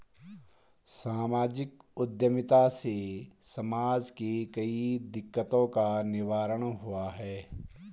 सामाजिक उद्यमिता से समाज के कई दिकक्तों का निवारण हुआ है